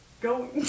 Go